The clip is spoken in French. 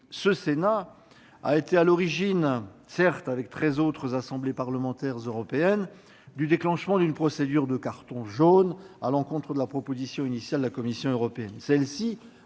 le Sénat a été à l'origine, avec treize autres assemblées parlementaires européennes, du déclenchement d'une procédure de « carton jaune » à l'encontre de la proposition initiale de la Commission européenne.